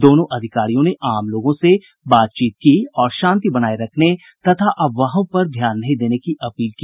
दोनों अधिकारियों ने आम लोगों से भी बातचीत की और शांति बनाये रखने तथा अफवाहों पर ध्यान नहीं देने की अपील की